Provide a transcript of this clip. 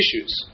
issues